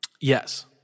Yes